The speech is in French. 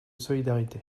solidarité